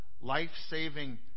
life-saving